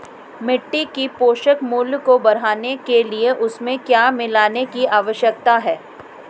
मिट्टी के पोषक मूल्य को बढ़ाने के लिए उसमें क्या मिलाने की आवश्यकता है?